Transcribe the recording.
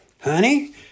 Honey